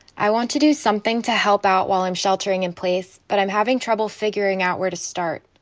i want to do something to help out while i'm sheltering in place, but i'm having trouble figuring out where to start.